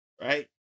Right